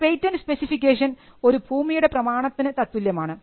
ഈ പേറ്റൻറെ് സ്പെസിഫിക്കേഷൻ ഒരു ഭൂമിയുടെ പ്രമാണത്തിന് തത്തുല്യമാണ്